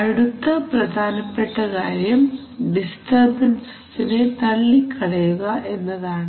അടുത്ത പ്രധാനപ്പെട്ട കാര്യം ഡിസ്റ്റർബൻസസിനെ തള്ളിക്കളയുക എന്നതാണ്